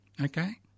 okay